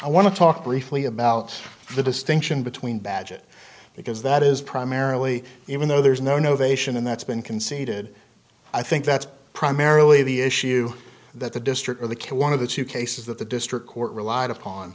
i want to talk briefly about the distinction between badgett because that is primarily even though there is no no they should and that's been conceded i think that's primarily the issue that the district or the q one of the two cases that the district court relied upon